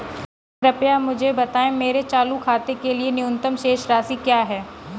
कृपया मुझे बताएं कि मेरे चालू खाते के लिए न्यूनतम शेष राशि क्या है?